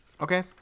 Okay